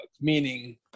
Meaning